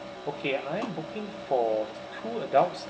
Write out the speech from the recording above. okay I'm booking for two adults